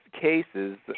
cases